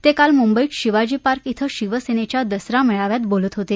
ते काल मुंबईत शिवाजी पार्क इथं शिवसेनेच्या दसरा मेळाव्यात बोलत होते